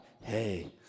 hey